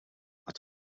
qatt